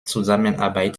zusammenarbeit